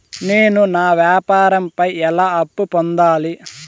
నేను నా వ్యాపారం పై ఎలా అప్పు పొందాలి?